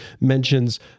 mentions